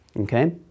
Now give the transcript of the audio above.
okay